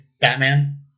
Batman